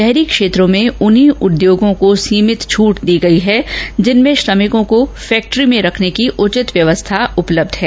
शहरी क्षेत्रों में उन्हीं उद्योगों को सीमित छट दी गई है जिनमें श्रमिकों को फैक्ट्री में रखने की उचित व्यवस्था उपलब्ध है